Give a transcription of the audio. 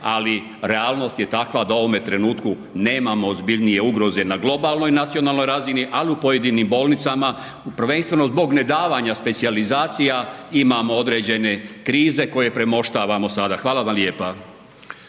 ali realnost je takva da u ovome trenutku nemamo ozbiljnije ugroze na globalnoj nacionalnoj razini, ali u pojedinim bolnicama, prvenstveno zbog nedavanja specijalizacija imamo određene krize koje premoštavamo sada. Hvala vam lijepa.